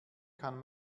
kann